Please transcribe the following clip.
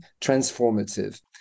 transformative